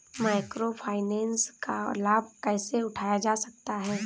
Micro finance का लाभ कैसे उठाया जा सकता है?